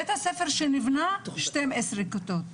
אבל כשבית הספר נבנה היו 12 כיתות.